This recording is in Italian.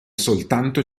soltanto